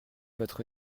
votre